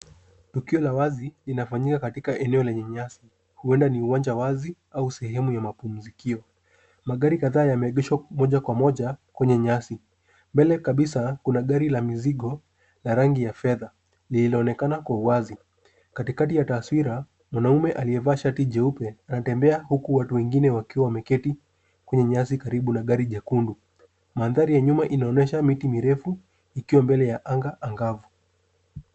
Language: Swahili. Tukio la wazi inafanyika katika eneo lenye nyasi, huenda ni uwanja wazi au sehemu ya mapumzikio. Magari kadhaa yameegeshwa moja kwa moja kwenye nyasi. Mbele kabisa kuna gari la mizigo la rangi ya fedha lilionekana kwa uwazi. Katikati ya taswira, mwanaume aliyevaa shati jeupe anatembea huku watu wengine wakiwa wameketi kwenye nyasi karibu na gari jekundu. Mandhari ya nyuma inaonyesha miti mirefu ikiwa mbele ya anga angavu.